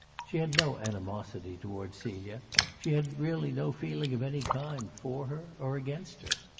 she had no animosity towards celia she had really no feeling of any kind for her or against her.